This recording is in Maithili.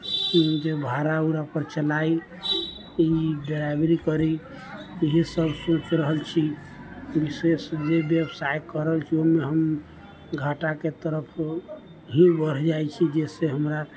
जे भाड़ा उड़ापर चलाइ कि ड्राइवरी करी इएहसब सोचि रहल छी विशेष जे बेबसाइ कऽ रहल छी ओहिमे हम घाटाके तरफ ही बढ़ि जाइ छी जइसे हमरा